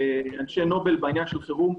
נפגשתי עם אנשי נובל בעניין של חירום.